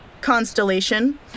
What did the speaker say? constellation